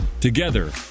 Together